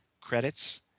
credits